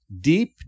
deep